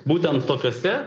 būtent tokiose